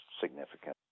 significant